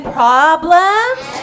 problems